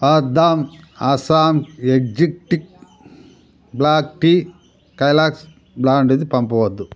వాహ్ Dham Assam exotic black tea Kellogg's బ్రాండుది పంపవద్దు